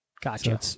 gotcha